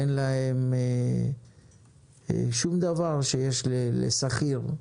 אין להם שום דבר שיש לשכיר,